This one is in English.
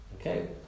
Okay